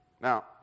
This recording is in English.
Now